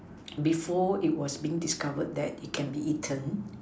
before it was being discovered that it can be eaten